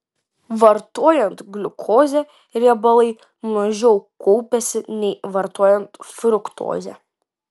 vartojant gliukozę riebalai mažiau kaupiasi nei vartojant fruktozę